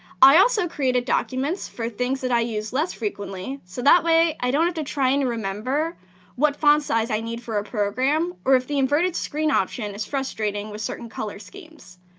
i also created documents for things that i use less frequently. so that way, i don't have to try and remember what font size i need for a program or if the inverted screen option is frustrating with certain color schemes.